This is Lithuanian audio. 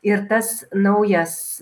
ir tas naujas